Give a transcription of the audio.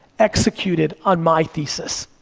executed on my thesis.